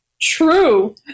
True